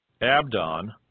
Abdon